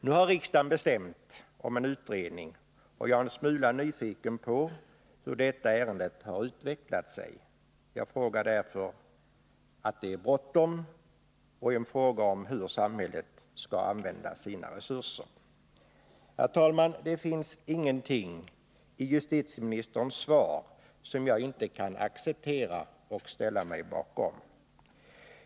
Nu har riksdagen bestämt om en utredning, och jag är en smula nyfiken hur detta ärende har utvecklat sig. Jag frågar detta därför att det är bråttom och därför att det är en fråga om hur samhället skall använda sina resurser. Herr talman! Det finns ingenting i justitieministerns svar som jag inte kan acceptera och ställa mig bakom.